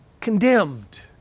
Condemned